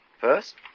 First